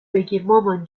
بگیرمامان